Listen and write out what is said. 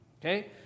Okay